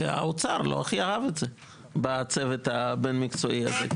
כשהאוצר לא הכי אהב את זה בצוות הבין-מקצועי הזה.